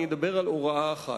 אני אדבר על הוראה אחת.